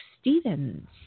Stevens